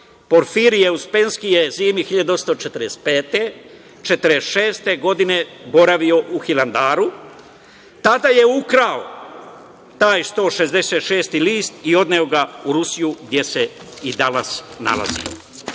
Porfirije Uspenski je zime 1845, 1846. godine boravio u Hilandaru. Tada je ukrao taj 166. list i odneo ga u Rusiju, gde se i danas nalazi. Prvi